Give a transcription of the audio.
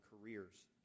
careers